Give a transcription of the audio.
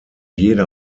jeder